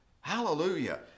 Hallelujah